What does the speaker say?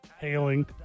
Hailing